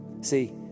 See